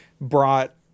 brought